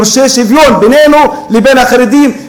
דורשים שוויון בינינו ובין החרדים,